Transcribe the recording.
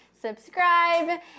subscribe